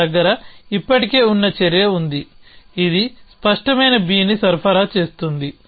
నా దగ్గర ఇప్పటికే ఉన్న చర్య ఉంది ఇది స్పష్టమైన Bని సరఫరా చేస్తుంది